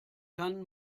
kann